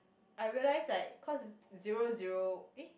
I realized like cause zero zero eh